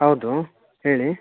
ಹೌದು ಹೇಳಿ